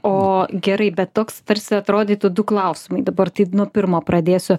o gerai bet toks tarsi atrodytų du klausimai dabar tai nuo pirmo pradėsiu